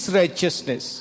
righteousness